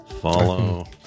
Follow